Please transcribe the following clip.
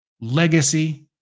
legacy